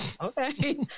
Okay